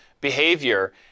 behavior